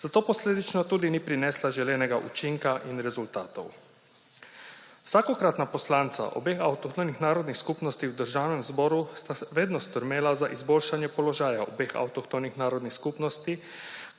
zato posledično tudi ni prinesla želenega učinka in rezultatov. Vsakokratna poslanca obeh avtohtonih narodnih skupnosti v Državnem zboru sta vedno stremela za izboljšanje položaja obeh avtohtonih narodnih skupnosti,